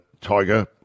Tiger